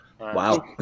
Wow